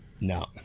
No